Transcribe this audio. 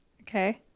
Okay